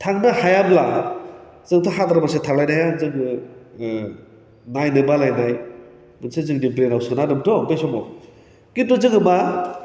थांनो हायाब्ला जोंथ' हादारन मोनसा थांलायनाया जोङो नायनो बालायनाय मोनसे जोंनि ब्रेनाव सोना होदोंमोनथ' बै समाव खिन्थु जोङो मा